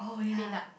peanut